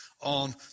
on